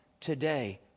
today